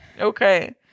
Okay